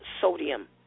sodium